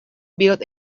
built